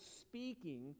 speaking